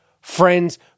friends